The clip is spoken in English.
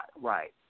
right